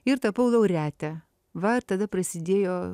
ir tapau laureate va tada prasidėjo